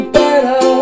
better